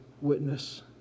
witness